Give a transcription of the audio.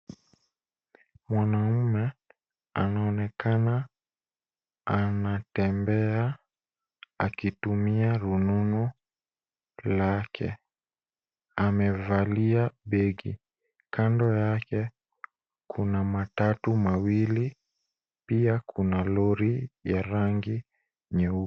Mwanamume anaonekana anatembea akitumia rununu lake. Amevalia begi. Kando yake kuna matatu mawili. Pia kuna lori ya rangi nyeupe.